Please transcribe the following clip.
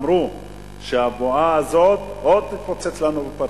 אמרו שהבועה הזאת עוד תתפוצץ לנו בפרצוף.